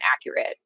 accurate